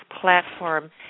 platform